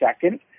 second